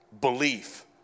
belief